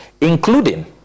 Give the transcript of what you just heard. including